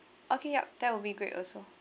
okay yup that will be great also